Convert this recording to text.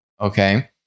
okay